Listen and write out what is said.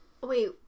Wait